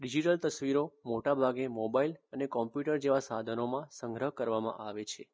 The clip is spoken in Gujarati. ડીજીટલ તસવીરો મોટા ભાગે મોબાઈલ અને કમ્પ્યુટર જેવા સાધનોમાં સંગ્રહ કરવામાં આવે છે